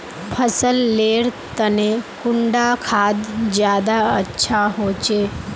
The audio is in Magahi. फसल लेर तने कुंडा खाद ज्यादा अच्छा होचे?